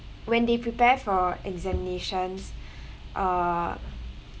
when they prepare for examinations err